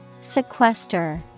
Sequester